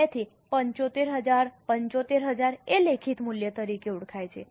તેથી 75000 75000 એ લેખિત મૂલ્ય તરીકે ઓળખાય છે